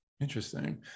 Interesting